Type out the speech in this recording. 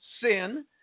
sin